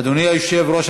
אדוני יושב-ראש